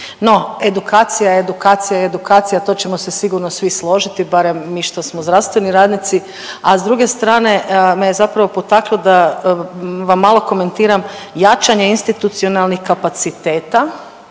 No edukacija, edukacija, edukacija to ćemo se sigurno svi složiti barem mi što smo zdravstveni radnici, a s druge strane me zapravo potaklo da vam malo komentiram jačanje institucionalnih kapaciteta.